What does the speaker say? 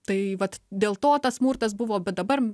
tai vat dėl to tas smurtas buvo bet dabar